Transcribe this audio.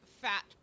fat